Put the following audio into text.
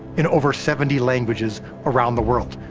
in over seventy languages around the world.